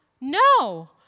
no